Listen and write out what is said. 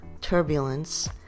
turbulence